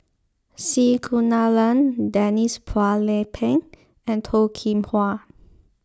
C Kunalan Denise Phua Lay Peng and Toh Kim Hwa